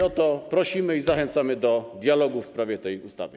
O to prosimy i zachęcamy do dialogu w sprawie tej ustawy.